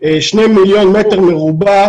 אנחנו שמחים שמייחסים לנו מניעים פוליטיים,